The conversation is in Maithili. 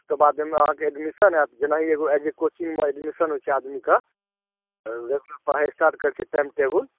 तऽ बादमे अहाँके एडमिशन हैत जेनाहि एगो ऐज ए कोचिंगमे एडमिशन होइ छै आदमीके रेगुलर पढ़ाइ स्टार्ट करै छै टाइम टेबुल